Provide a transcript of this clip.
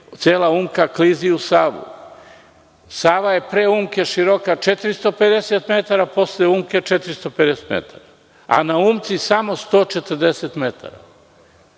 cela Umka klizi u Savu. Sava je pre Umke široka 450 metara, posle Umke 450 metara, a na Umci samo 140 metara.